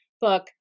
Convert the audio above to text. book